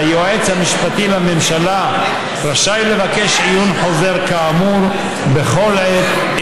והיועץ המשפטי לממשלה רשאי לבקש עיון חוזר כאמור בכל עת,